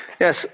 Yes